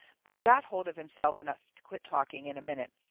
but he got hold of himself enough to quit talking, in a minute,